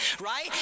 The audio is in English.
right